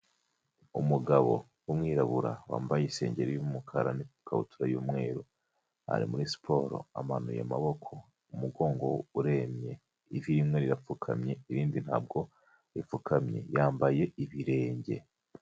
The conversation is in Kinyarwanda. Umugabo w'umwirabura wambaye isengeri y'umukara n'ikabutura y'umweru ari muri siporo amanuye amaboko umugongo uremye ivi rimwe rirapfukamye irindi ntabwo ripfukamye yambaye ibirenge.